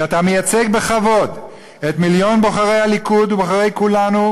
ואתה מייצג בכבוד את מיליון בוחרי הליכוד ובוחרי כולנו,